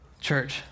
church